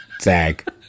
Zag